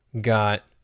got